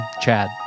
Chad